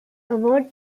award